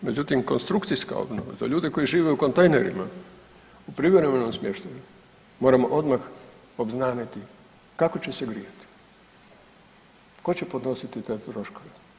Međutim, konstrukcijska obnova za ljude koji žive u kontejnerima u privremenom smještaju moramo odmah obznaniti kako će se grijati, tko će podnositi te troškove?